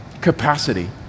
capacity